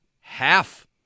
half